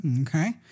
okay